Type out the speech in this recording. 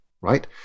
right